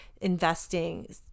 investing